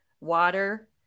water